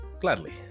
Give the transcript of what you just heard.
Gladly